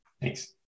Thanks